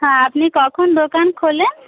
হ্যাঁ আপনি কখন দোকান খোলেন